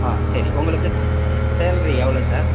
சரி உங்களுக்கு சாலரி எவ்வளோ சார்